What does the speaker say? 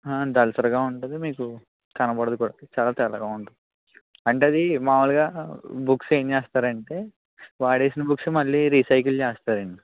దళసరిగా ఉంటుంది మీకు కనపడదు కూడా చాలా తెల్లగా ఉంటుంది అంటే అది మామూలుగా బుక్స్ ఏమి చేస్తారు అంటే వాడిన బుక్స్ మళ్ళీ రీసైకిల్ చేస్తారు అండి